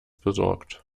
besorgt